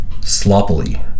sloppily